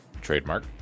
Trademark